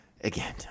Again